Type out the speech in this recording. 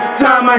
time